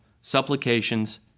supplications